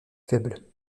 faible